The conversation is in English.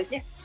Yes